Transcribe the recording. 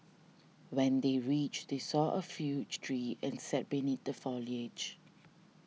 when they reached they saw a huge tree and sat beneath the foliage